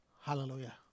Hallelujah